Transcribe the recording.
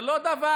זה לא דבר,